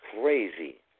crazy